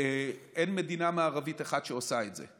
אין מדינה מערבית אחת שעושה את זה.